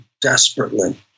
desperately